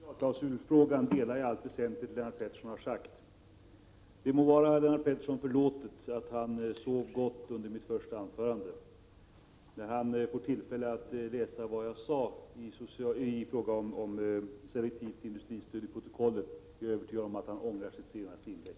Herr talman! I frågan om socialklausulen ansluter jag mig i allt väsentligt till vad Lennart Pettersson har sagt. Det må vara Lennart Pettersson förlåtet att han sov gott under mitt första anförande. Jag är övertygad om att han, när han får tillfälle att läsa i protokollet vad jag sade om selektivt industristöd, kommer att ångra sitt senaste inlägg.